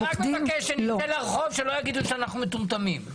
אני רק מבקש שכשנצא לרחוב שלא יגידו שאנחנו מטומטמים,